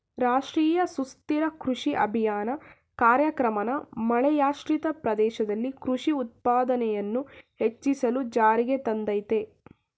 ರಾಷ್ಟ್ರೀಯ ಸುಸ್ಥಿರ ಕೃಷಿ ಅಭಿಯಾನ ಕಾರ್ಯಕ್ರಮನ ಮಳೆಯಾಶ್ರಿತ ಪ್ರದೇಶದಲ್ಲಿ ಕೃಷಿ ಉತ್ಪಾದನೆಯನ್ನು ಹೆಚ್ಚಿಸಲು ಜಾರಿಗೆ ತಂದಯ್ತೆ